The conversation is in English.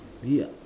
be ah